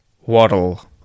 waddle